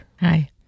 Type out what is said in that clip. Hi